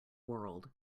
world